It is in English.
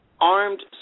armed